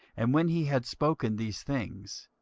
and when he had spoken these things,